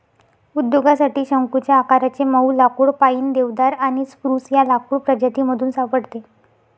उद्योगासाठी शंकुच्या आकाराचे मऊ लाकुड पाईन, देवदार आणि स्प्रूस या लाकूड प्रजातीमधून सापडते